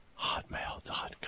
Hotmail.com